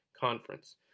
Conference